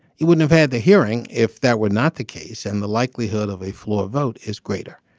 you wouldn't have had the hearing if that were not the case and the likelihood of a floor vote is greater.